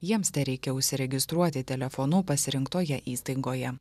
jiems tereikia užsiregistruoti telefonu pasirinktoje įstaigoje